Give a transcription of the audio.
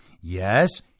Yes